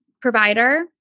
provider